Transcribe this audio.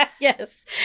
Yes